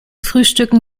frühstücken